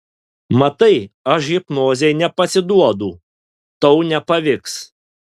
matai aš hipnozei nepasiduodu tau nepavyks